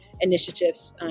initiatives